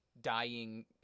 dying